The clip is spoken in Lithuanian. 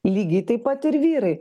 lygiai taip pat ir vyrai